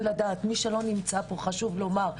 מי שלא נמצא פה חשוב לומר,